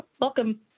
Welcome